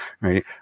right